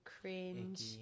cringe